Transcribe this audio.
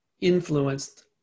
influenced